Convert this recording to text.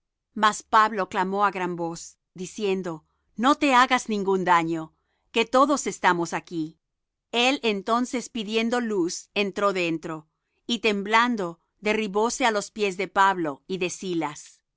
mas pablo clamó á gran voz diciendo no te hagas ningún mal que todos estamos aquí el entonces pidiendo luz entró dentro y temblando derribóse á los pies de pablo y de silas